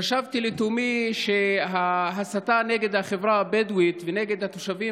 חשבתי לתומי שההסתה נגד החברה הבדואית ונגד התושבים